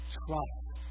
trust